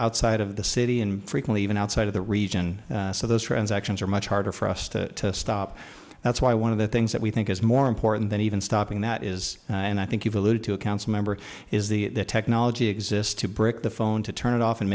outside of the city and frequently even outside of the region so those transactions are much harder for us to stop that's why one of the things that we think is more important than even stopping that is and i think you've alluded to a council member is the technology exists to break the phone to turn it off and